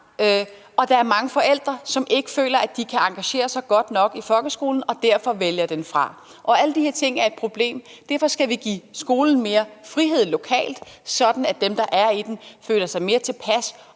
Og der er mange forældre, som ikke føler, at de kan engagere sig godt nok i folkeskolen og derfor vælger den fra. Og alle de her ting er et problem. Derfor skal vi give skolen mere frihed lokalt, sådan at dem, der er i den, føler sig bedre tilpas